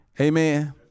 amen